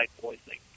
poisoning